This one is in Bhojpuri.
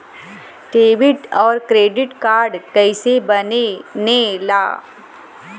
डेबिट और क्रेडिट कार्ड कईसे बने ने ला?